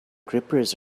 grippers